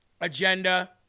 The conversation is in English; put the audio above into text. agenda